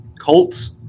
Colts